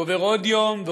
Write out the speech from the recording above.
ועובר עוד יום,